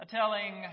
telling